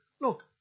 Look